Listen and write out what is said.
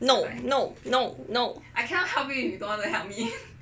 no no no no